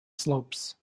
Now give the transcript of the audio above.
slopes